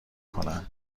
کنن